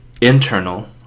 internal